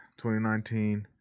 2019